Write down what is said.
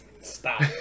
Stop